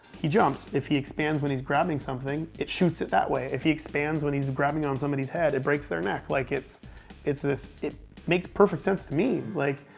he jumps. if he expands when he's grabbing something, it shoots it that way. if he expands when he's grabbing on somebody's head, it breaks their neck. like, it's it's this it makes perfect sense to me. like,